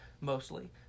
mostly